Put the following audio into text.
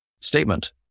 statement